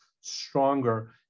stronger